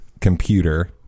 computer